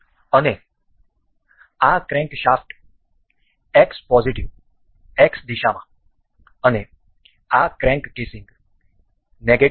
અને આ crankshaft X positive X દિશામાં અને આ ક્રેંક કેસિંગ નેગેટિવ Y